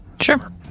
Sure